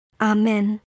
Amen